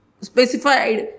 specified